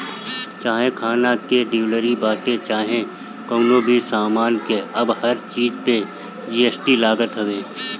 चाहे खाना के डिलीवरी बाटे चाहे कवनो भी सामान के अब हर चीज पे जी.एस.टी लागत हवे